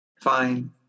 fine